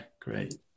great